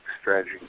strategy